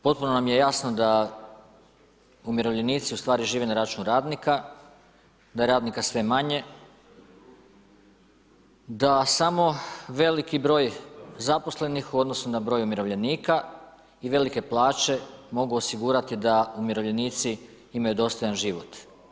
Potpuno nam je jasno da umirovljenici ustvari žive na račun radnika, da je radnika sve manje, da samo veliki broj zaposlenih u odnosu na broj umirovljenika i velike plaće mogu osigurati da umirovljenici imaju dostojan život.